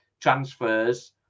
transfers